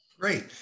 Great